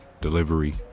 delivery